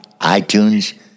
iTunes